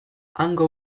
hango